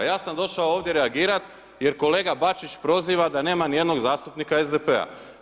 Ja sam došao ovdje reagirati jer kolega Baćić proziva da nema ni jednog zastupnika SDP-a.